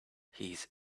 his